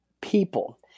people